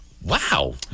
Wow